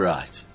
Right